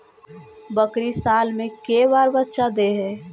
बकरी साल मे के बार बच्चा दे है?